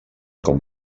com